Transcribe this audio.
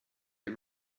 get